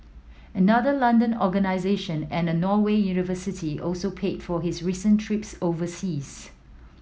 another London organisation and a Norway university also paid for his recent trips overseas